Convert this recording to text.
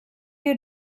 you